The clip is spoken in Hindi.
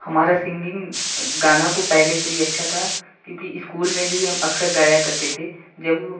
हमारा सिंगिंग गाना तो पहले से ही अच्छा था क्योंकि स्कूल में भी हम अक्सर गाया करते थे जब